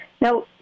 Now